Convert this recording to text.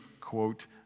quote